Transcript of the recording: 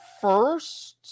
first